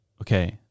Okay